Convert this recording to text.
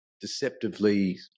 deceptively